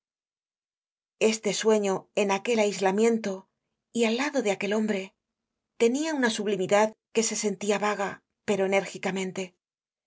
este sueño en aquel aislamiento y al lado de aquel hombre tenia una sublimidad que se sentia vaga pero enérgicamente